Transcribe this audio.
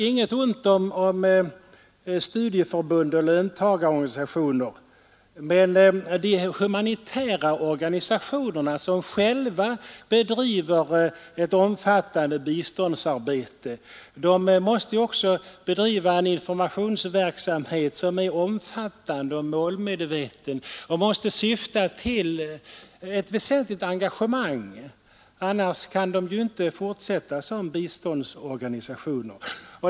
Inget ont om studieförbund och löntagarorganisationer, men de humanitära organisationerna som själva bedriver ett om fattande biståndsarbete måste också bedriva en omfattande och målmedveten informationsverksamhet, som syftar till ett väsentligt engagemang. Annars kan de inte fortsätta som biståndsorganisationer.